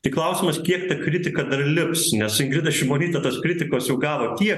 tai klausimas kiek kritika dar lips nes ingrida šimonytė tos kritikos jau gavo tiek